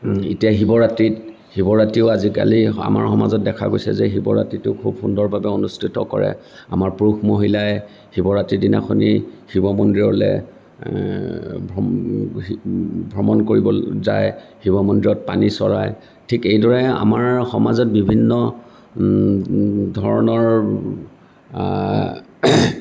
এতিয়া শিৱৰাত্ৰিত শিৱৰাত্ৰিও আজিকালি আমাৰ সমাজত দেখা গৈছে যে শিৱৰাত্ৰিও খুব সুন্দৰভাৱে অনুষ্ঠিত কৰে আমাৰ পুৰুষ মহিলাই শিৱৰাত্ৰি দিনাখন শিৱ মন্দিৰলৈ ভ্ৰমণ কৰিবলৈ যায় শিৱ মন্দিৰত পানী ধালে ঠিক এইদৰে আমাৰ সমাজত বিভিন্ন ধৰণৰ